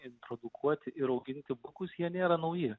introdukuoti ir auginti pūkus jie nėra nauji